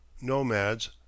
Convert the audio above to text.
nomads